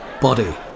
Body